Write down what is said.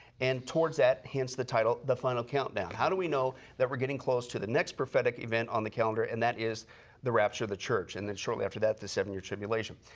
and towards that hence the title, the final countdown. how do we know that we are getting close to the next prophetic event on the calendar and that is the rapture of the church, and then shortly after that the seven year tribulation?